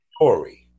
story